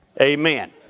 Amen